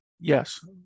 Yes